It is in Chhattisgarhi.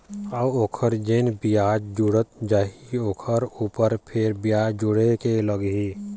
अऊ ओखर जेन बियाज जुड़त जाही ओखर ऊपर फेर बियाज जुड़ के लगही